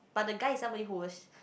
but the guy is somebody who's